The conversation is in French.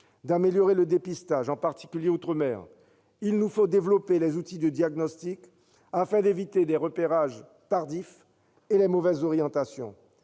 d'améliorer le dépistage, en particulier dans les outre-mer. Il nous faut développer les outils de diagnostic, afin d'éviter les repérages tardifs et les mauvaises orientations.